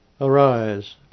Arise